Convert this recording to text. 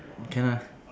can lah